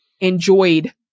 Enjoyed